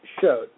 showed